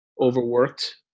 overworked